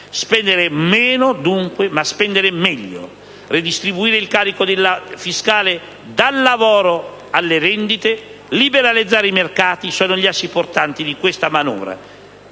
Spendere meno, dunque, ma anche spendere meglio, redistribuire il carico fiscale dal lavoro alle rendite, liberalizzare i mercati: sono gli assi portanti di questa manovra.